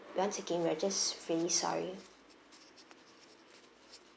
once again we're just really sorry